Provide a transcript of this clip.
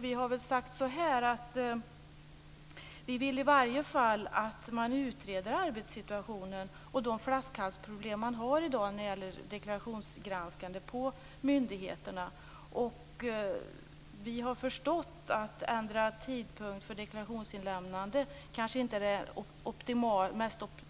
Vi har sagt att vi i varje fall vill att man utreder arbetssituationen och flaskhalsproblemen vid deklarationsgranskningen på myndigheterna. Vi har förstått att en ändring av tidpunkten för deklarationsinlämnandet inte är det